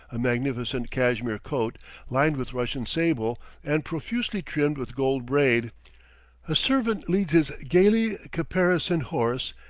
a magnificent cashmere coat lined with russian sable and profusely trimmed with gold braid a servant leads his gayly caparisoned horse,